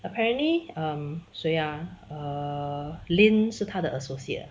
apparently err 谁啊 err lin 是他的 associate ah